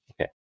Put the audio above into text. okay